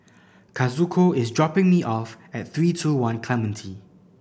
Kazuko is dropping me off at Three Two One Clementi